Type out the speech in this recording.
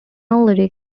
lyric